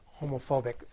homophobic